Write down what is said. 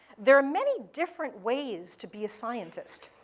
there are many different ways to be a scientist.